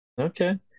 Okay